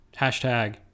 hashtag